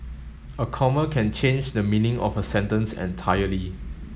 a comma can change the meaning of a sentence entirely